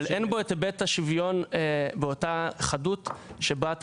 אבל אין בו היבט השוויון באותה חדות שבה אתה